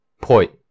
Point